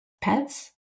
pets